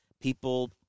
people